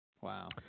Wow